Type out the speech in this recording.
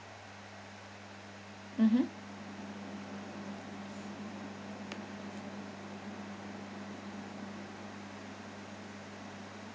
mmhmm